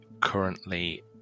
currently